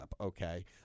Okay